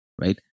right